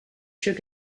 shook